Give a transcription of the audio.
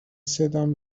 صدام